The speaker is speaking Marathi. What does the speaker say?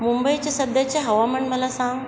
मुंबईचे सध्याचे हवामान मला सांग